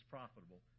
profitable